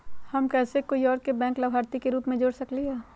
हम कैसे कोई और के बैंक लाभार्थी के रूप में जोर सकली ह?